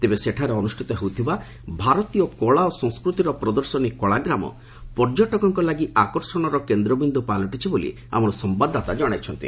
ତେବେ ସେଠାରେ ଅନୁଷ୍ଠିତ ହେଉଥିବା ଭାରତୀୟ କଳା ଓ ସଂସ୍କୃତିର ପ୍ରଦର୍ଶନୀ 'କଳାଗ୍ରାମ' ପର୍ଯ୍ୟଟକଙ୍କ ଲାଗି ଆକର୍ଷଣର କେନ୍ଦ୍ରବିନ୍ଦୁ ପାଲଟିଛି ବୋଲି ଆମର ସମ୍ବାଦଦାତା ଜଣାଇଛନ୍ତି